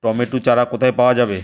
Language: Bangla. টমেটো চারা কোথায় পাওয়া যাবে?